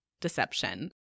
deception